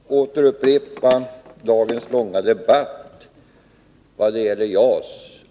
Herr talman! Jag skall inte upprepa dagens långa debatt när det gäller JAS.